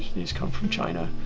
these come from china.